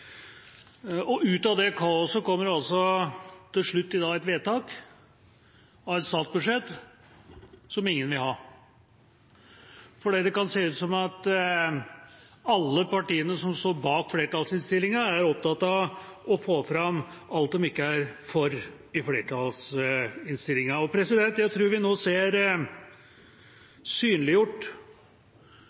budsjettbehandlingene. Ut av det kaoset kommer altså til slutt i dag et vedtak til et statsbudsjett som ingen vil ha. Det kan se ut som at alle partiene som står bak flertallsinnstillinga, er opptatt av å få fram alt de ikke er for i flertallsinnstillinga. Jeg tror vi nå får synliggjort